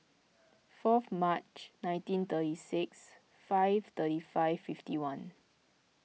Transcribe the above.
fourth March nineteen thirty six five thirty five fifty one